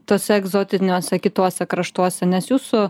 tuose egzotiniuose kituose kraštuose nes jūsų